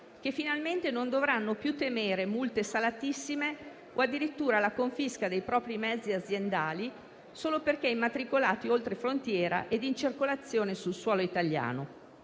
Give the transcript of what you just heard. che finalmente non dovranno più temere multe salatissime o addirittura la confisca dei propri mezzi aziendali solo perché immatricolati oltrefrontiera ed in circolazione sul suolo italiano.